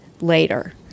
later